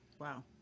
Wow